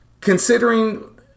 considering